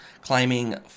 climbing